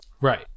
Right